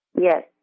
Yes